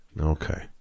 Okay